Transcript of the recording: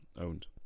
owned